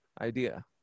idea